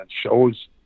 shows